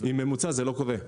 עם ממוצע זה לא קורה.